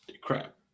Crap